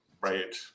Right